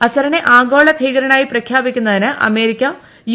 അസറിനെ ആഗോള ഭീകരനായി പ്രഖ്യാപിക്കുന്നതിന് അമേരിക്ക യു